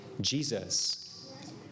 Jesus